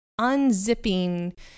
unzipping